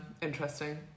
interesting